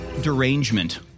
derangement